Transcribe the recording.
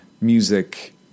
music